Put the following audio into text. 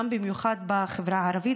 במיוחד בחברה הערבית,